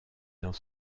dans